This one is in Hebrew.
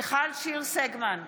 מיכל שיר סגמן,